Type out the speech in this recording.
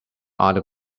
other